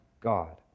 God